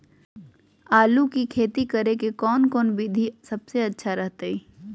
आलू की खेती करें के कौन कौन विधि सबसे अच्छा रहतय?